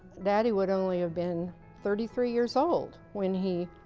daddy would only have been thirty three years old when he